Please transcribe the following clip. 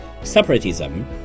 separatism